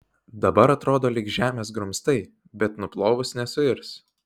dabar atrodo lyg žemės grumstai bet nuplovus nesuirs